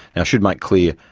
i should make clear,